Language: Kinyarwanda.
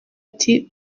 ati